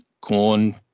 corn